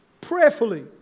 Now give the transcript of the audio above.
prayerfully